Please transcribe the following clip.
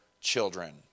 children